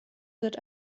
wird